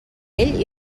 ell